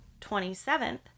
27th